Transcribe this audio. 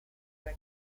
alla